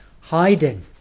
hiding